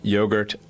Yogurt